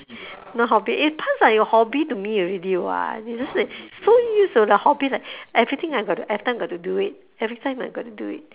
not hobby eh it turns like a hobby to me already what it's just that so used to the hobby like everything I got to every time I got to do it every time I got to do it